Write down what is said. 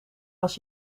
was